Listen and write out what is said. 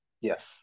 yes